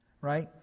Right